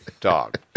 Dog